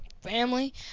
family